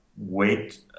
wait